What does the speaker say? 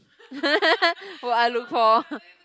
what I look for